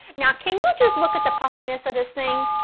now, can you just look at the puffiness of this thing?